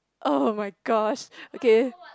oh my gosh okay